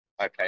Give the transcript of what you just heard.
okay